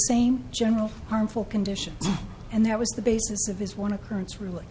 same general harmful condition and that was the basis of his one occurrence really